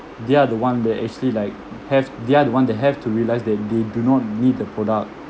they are the one that actually like have they are the one that have to realize that they do not need the product